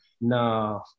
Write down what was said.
No